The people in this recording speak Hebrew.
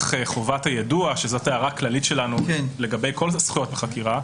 חובת היידוע שזאת הערה כללית שלנו לגבי כל זכויות החקירה.